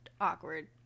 Awkward